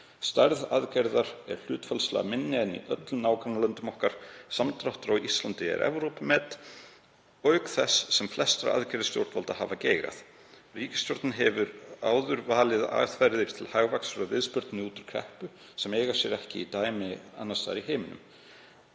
Stærð aðgerðar er hlutfallslega minni en í öllum nágrannalöndum okkar. Samdráttur á Íslandi er Evrópumet. Auk þess sem flestar aðgerðir stjórnvalda hafa geigað. Ríkisstjórnin hefur áður valið aðferðir til hagvaxtar og viðspyrnu út úr kreppu sem eiga sér ekki dæmi annars staðar í heiminum.“